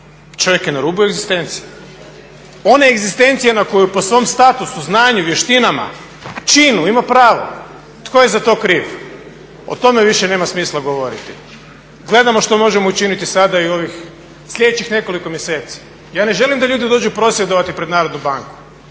čovjek je na rubu egzistencije, one egzistencije na koju po svom statusu, znanju, vještinama, činu ima pravo. Tko je za to kriv? O tome više nema smisla govoriti. Gledamo što možemo učiniti sada i u ovih sljedećih nekoliko mjeseci. Ja ne želim da ljudi dođu prosvjedovati pred Narodnu banku,